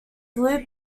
blue